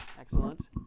Excellent